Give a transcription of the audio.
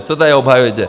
Co tady obhajujete?